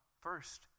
first